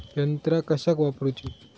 यंत्रा कशाक वापुरूची?